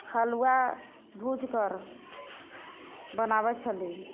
हलुआ भुजिके बनाबै छलिए